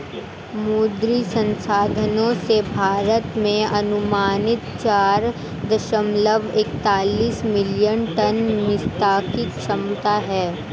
मुद्री संसाधनों से, भारत में अनुमानित चार दशमलव एकतालिश मिलियन टन मात्स्यिकी क्षमता है